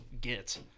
get